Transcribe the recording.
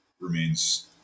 remains